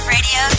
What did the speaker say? Radio